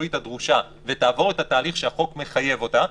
המקצועית הדרושה ותעבור את התהליך שהחוק מחייב אותה,